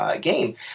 game